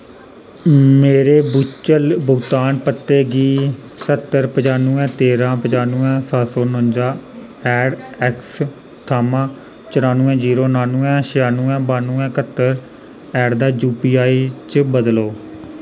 मेरे वर्चुअल भुगतान पते गी सह्त्तर पचानुएं तेरां पचानुएं सत्त सो नुन्जा ऐटदरेटआफ एक्सिस थमां चरानुएं जीरो नानुएं छेआनुएं बानुएं क्हत्तर ऐटदरेटआफ जुपीआई च बदलो